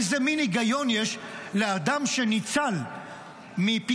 איזה מין היגיון יש שאדם שניצל מפיגוע,